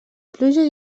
pluja